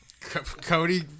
Cody